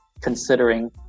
considering